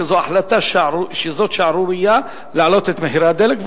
שזאת שערורייה להעלות את מחירי הדלק,